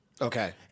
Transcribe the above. Okay